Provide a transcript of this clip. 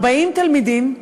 40 תלמידים,